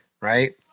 right